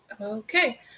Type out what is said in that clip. Okay